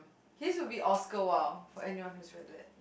he's will be Oscar-Wilde for anyone who has read that